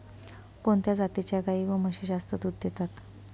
कोणत्या जातीच्या गाई व म्हशी जास्त दूध देतात?